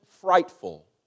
frightful